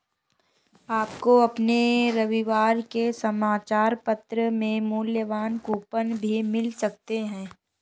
आपको अपने रविवार के समाचार पत्र में मूल्यवान कूपन भी मिल सकते हैं